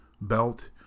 belt